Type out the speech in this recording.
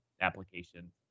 application